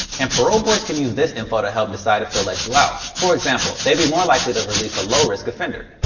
and parole boards can use this info to help decide if they'll let you out. for example, they'd be more likely to release a low risk offender.